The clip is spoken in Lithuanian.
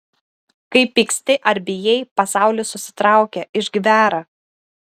kai pyksti ar bijai pasaulis susitraukia išgvęra